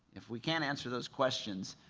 if we can't answer those questions,